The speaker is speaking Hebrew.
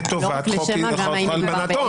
לטובת חוק איסור הלבנת הון.